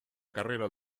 carrera